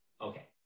okay